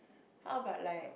how about like